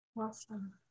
Awesome